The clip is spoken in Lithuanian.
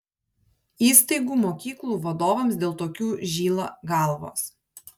įstaigų mokyklų vadovams dėl tokių žyla galvos